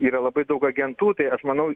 yra labai daug agentų tai aš manau